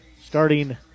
starting